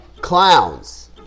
Clowns